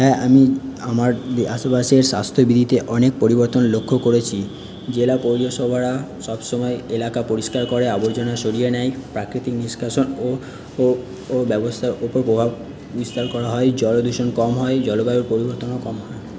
হ্যাঁ আমি আমার আশেপাশের স্বাস্থ্যবিধিতে অনেক পরিবর্তন লক্ষ্য করেছি জেলা পরিদর্শকরা সবসময় এলাকা পরিষ্কার করে আবর্জনা সরিয়ে নেয় প্রাকৃতিক নিষ্কাশন ও ও ও ব্যবস্থাও প্রভাব বিস্তার করা হয় জলদূষণ কম হয় জলবায়ুর পরিবর্তনও কম হয়